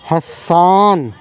حسن